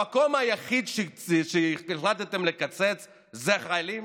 המקום היחיד שהחלטתם לקצץ זה לוחמים?